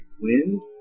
wind